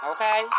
okay